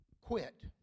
quit